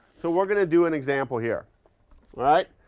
so we're going to do an example here. all right?